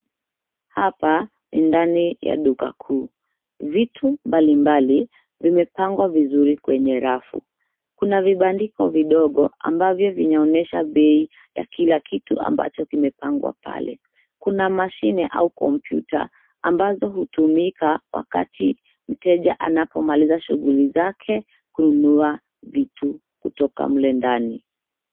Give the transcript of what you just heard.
Hapa ni ndani ya duka kuu. Vitu mbalimbali vimepangwa kwenye rafu, kuna vibandiko vidogo ambavyo vinaonyesha bei ya kila kitu ambacho kimepangwa pale. Kuna mashine au kompyuta ambazo hutumika wakati mteja anapomaliza shughuli zake kununua vitu kutoka mle ndani.